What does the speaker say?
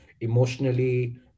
emotionally